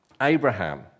Abraham